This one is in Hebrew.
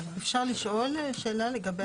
יש לי שאלה לגבי